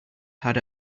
had